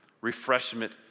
Refreshment